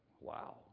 Wow